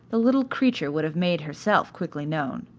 the little creature would have made herself quickly known.